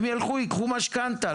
הם יילכו וייקחו משכנתא,